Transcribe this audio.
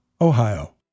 Ohio